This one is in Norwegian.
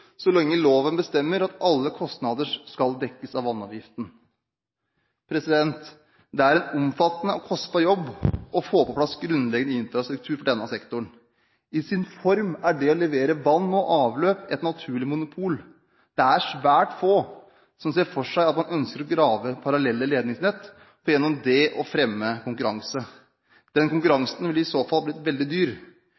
så lenge loven bestemmer at alle kostnader skal dekkes av vannavgiften. Det er en omfattende og kostbar jobb å få på plass grunnleggende infrastruktur for denne sektoren. I sin form er det å levere vann og avløp et naturlig monopol. Det er svært få som ser for seg at man ønsker å grave parallelle ledningsnett for gjennom det å fremme konkurranse. Den